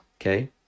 okay